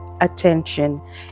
attention